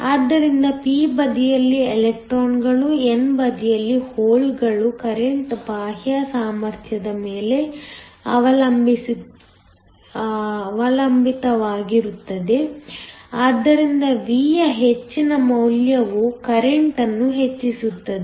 ಆದ್ದರಿಂದ p ಬದಿಯಲ್ಲಿ ಎಲೆಕ್ಟ್ರಾನ್ಗಳು n ಬದಿಯಲ್ಲಿ ಹೋಲ್ಗಳು ಕರೆಂಟ್ ಬಾಹ್ಯ ಸಾಮರ್ಥ್ಯದ ಮೇಲೆ ಅವಲಂಬಿತವಾಗಿರುತ್ತದೆ ಆದ್ದರಿಂದ V ಯ ಹೆಚ್ಚಿನ ಮೌಲ್ಯವು ಕರೆಂಟ್ ಅನ್ನು ಹೆಚ್ಚಿಸುತ್ತದೆ